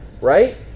Right